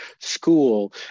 school